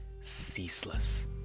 ceaseless